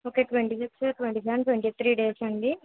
okay twenty six twenty seven twenty eight three days అండి